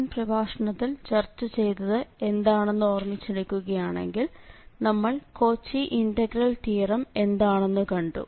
മുൻ പ്രഭാഷണത്തിൽ ചർച്ച ചെയ്തത് എന്താണെന്ന് ഓർമ്മിച്ചെടുക്കുകയാണെങ്കിൽ നമ്മൾ കോച്ചി ഇന്റഗ്രൽ തിയറം എന്താണന്നു കണ്ടു